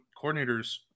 coordinators